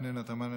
פנינה תמנו,